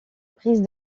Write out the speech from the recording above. prise